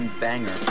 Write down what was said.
banger